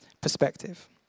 perspective